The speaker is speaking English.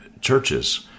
churches